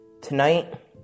Tonight